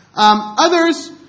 Others